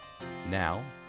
Now